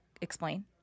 explain